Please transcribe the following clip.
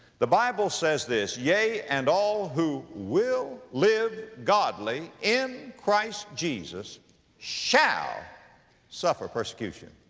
the bible says this, yea, and all who will live godly in christ jesus shall suffer persecution.